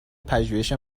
پژوهش